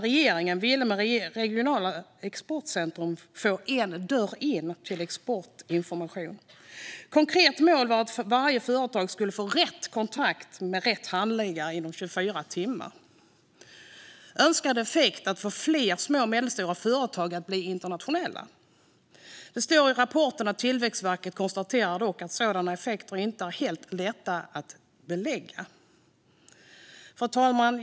Regeringen ville med regionala exportcentrum få en dörr in till exportinformation. Ett konkret mål var att varje företag skulle få rätt kontakt med rätt handläggare inom 24 timmar. Önskad effekt var att få fler små och medelstora företag att bli internationella. Det står i rapporten att Tillväxtverket dock konstaterar att sådana effekter inte är helt lätta att belägga. Fru talman!